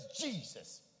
Jesus